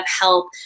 help